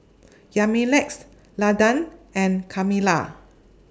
Yamilex Landan and Carmella